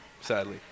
Sadly